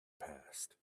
passed